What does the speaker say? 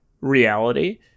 reality